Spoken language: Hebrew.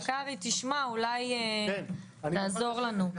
קרעי, תשמע, אולי תעזור לנו.